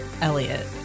Elliot